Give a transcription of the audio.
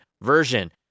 version